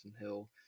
Hill